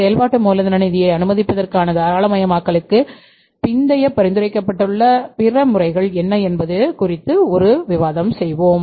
செயல்பாட்டு மூலதன நிதியை அனுமதிப்பதற்கான தாராளமயமாக்கலுக்கு பிந்தைய பரிந்துரைக்கப்பட்டுள்ள பிற முறைகள் என்ன என்பது குறித்து ஒரு விவாதம் செய்வோம்